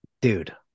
Dude